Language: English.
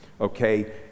Okay